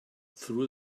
through